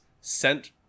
sent